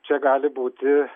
čia gali būti